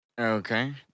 Okay